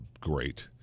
great